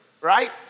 right